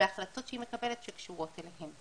בהחלטות שהיא מקבלת שקשורות אליהם.